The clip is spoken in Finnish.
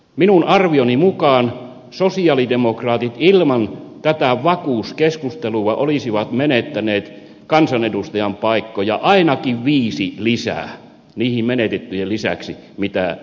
minun arvioni mukaan sosialidemokraatit ilman tätä vakuuskeskustelua olisivat menettäneet kansanedustajan paikkoja ainakin viisi lisää niiden menetettyjen lisäksi mitä meni